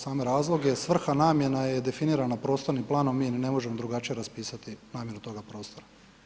Same razloge, svrha, namjena je definirana prostornim planom, mi ni ne možemo drugačije raspisati namjenu toga prostora.